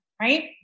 right